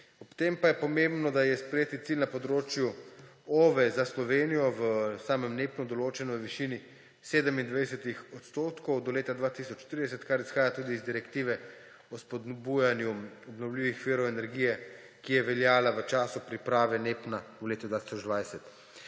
Ob tem pa je pomembno, da je sprejeti cilj na področju OVE za Slovenijo v samem NEPN določeno v višini 27 odstotkov do leta 2030, kar izhaja tudi iz Direktive o spodbujanju obnovljivih virov energije, ki je veljala v času priprave NEPN v letu 2020.